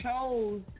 chose